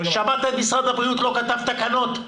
שמעת שמשרד הבריאות לא כתב תקנות?